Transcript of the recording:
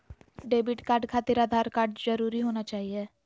Debit card खातिर Aadhaar card जरूरी होना चाहिए?